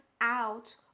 out